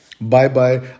Bye-bye